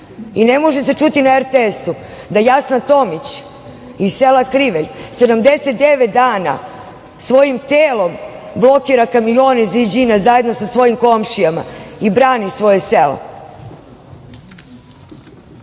I, ne možete čuti na RTS-u da Jasna Tomić iz sela Krivelj, 79 dana svojim telom blokira kamione Ziđina, zajedno sa svojim komšijama i brani svoje